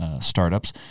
startups